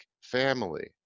family